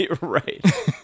Right